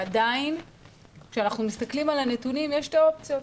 ועדיין כשאנחנו מסתכלים על הנתונים יש שתי אופציות.